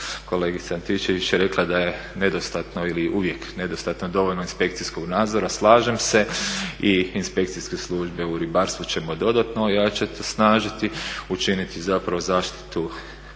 kolegica Antičević rekla da je nedostatno ili uvijek nedostatan dovoljno inspekcijskog nadzora, slažem se i inspekcijske službe u ribarstvu ćemo dodatno ojačati, osnažiti, učiniti zaštitu